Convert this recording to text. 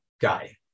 guy